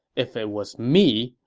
if it was me,